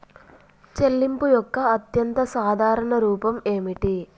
చెల్లింపు యొక్క అత్యంత సాధారణ రూపం ఏమిటి?